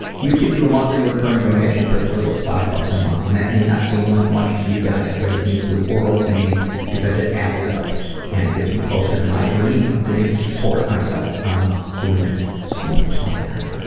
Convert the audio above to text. you can do a monthly recurring donation for as little as five buck a month and that may not seem like much to you guys but it means the world to me because it adds up and it gets me closer to my dream of being able to support myself um doing this. slow the fuck down.